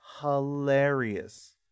hilarious